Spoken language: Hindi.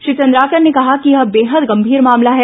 श्री चंद्राकर ने कहा कि यह बेहद गंभीर मामला है